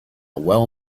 well